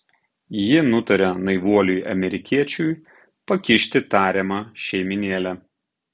ji nutaria naivuoliui amerikiečiui pakišti tariamą šeimynėlę